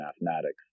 mathematics